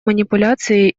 манипуляции